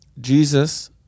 Jesus